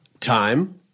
time